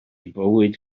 bywyd